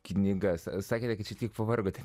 knygas sakė kad ji tik pavargote